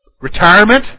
retirement